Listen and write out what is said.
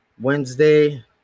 wednesday